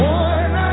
one